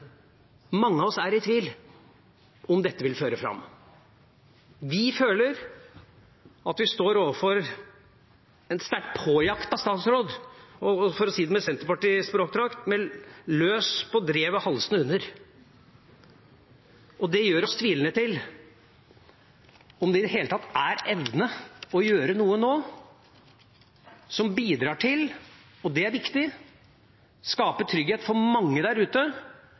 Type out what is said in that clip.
mange av oss er i tvil – om dette vil føre fram. Vi føler at vi står overfor en sterkt påjaktet statsråd, og for å si det i Senterpartiets språkdrakt: med «løs på drevet, halsende hund». Det gjør oss tvilende til om det i det hele tatt er evne til å gjøre noe nå som bidrar til – og det er viktig – å skape trygghet for mange der ute,